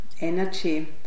energy